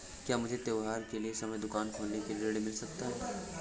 क्या मुझे त्योहार के समय दुकान खोलने के लिए ऋण मिल सकता है?